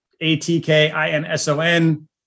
A-T-K-I-N-S-O-N